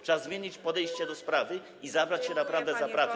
Trzeba zmienić podejście do sprawy i zabrać się naprawdę za pracę.